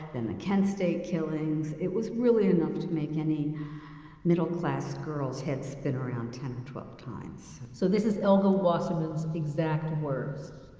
then the kent state killings. it was really enough to make any middle-class girl's head spin around ten or twelve times. so, this is elga wasserman's exact words.